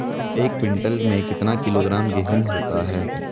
एक क्विंटल में कितना किलोग्राम गेहूँ होता है?